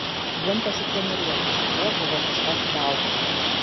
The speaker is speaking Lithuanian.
vien pasitreniruoti su juo buvo kažkas vau